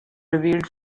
revealed